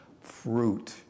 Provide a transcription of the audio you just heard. fruit